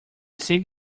sink